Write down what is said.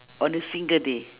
on a single day